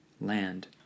land